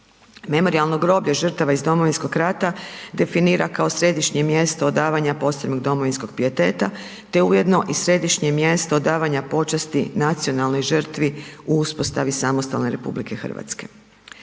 Memorijalno groblje žrtava iz Domovinskog rata definira kao središnje mjesto odavanja posebnog domovinskog pijeteta te ujedno i središnje mjesto odavanja počasti nacionalnoj žrtvi u uspostavi samostalne RH. Obilježavanje